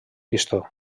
pistó